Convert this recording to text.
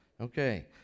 Okay